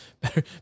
better